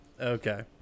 okay